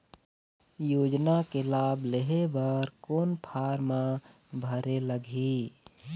योजना के लाभ लेहे बर कोन फार्म भरे लगही?